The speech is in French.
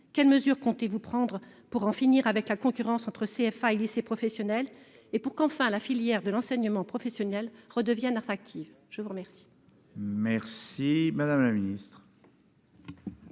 quelles mesures comptez-vous prendre pour en finir avec la concurrence entre CFA et lycées professionnels, et pour que, enfin, la filière de l'enseignement professionnel redevienne attractive ? La parole